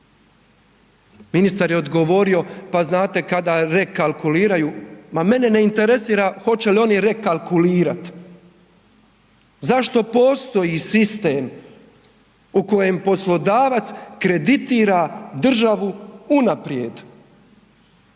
Ministar je odgovorio, pa znate, kada rekalkuliraju, ma mene ne interesira hoće li oni rekalkulirati. Zašto postoji sistem u kojem poslodavac kreditira državu unaprijed?